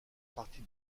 partie